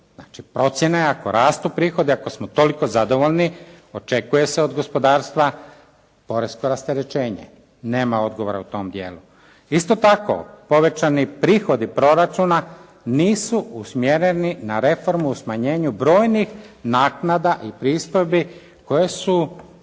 procjena je ako rastu prihodi, ako smo toliko zadovoljni očekuje se od gospodarstva poresko rasterećenje. Nema odgovora u tom dijelu. Isto tako, povećani prihodi proračuna nisu usmjereni na reformu u smanjenju brojnih naknada i pristojbi koje su